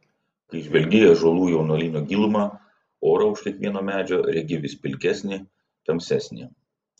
kai žvelgi į ąžuolų jaunuolyno gilumą orą už kiekvieno medžio regi vis pilkesnį tamsesnį